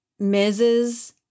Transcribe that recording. Mrs